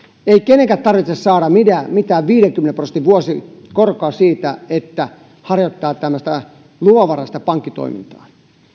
ei kenenkään tarvitse saada mitään viidenkymmenen prosentin vuosikorkoa siitä että harjoittaa tämmöistä luvanvaraista pankkitoimintaa